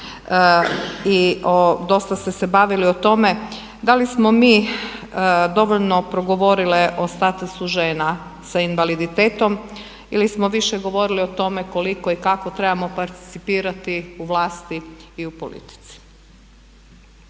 i dosta ste se bavili o tome da li smo mi dovoljno progovorile o statusu žena sa invaliditetom ili smo više govorili o tome koliko i kako trebamo percipirati u vlasti i u politici.